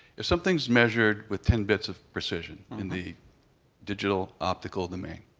if something's measured with ten bits of precision in the digital optical domain.